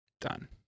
done